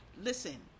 listen